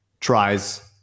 tries